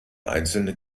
einzelne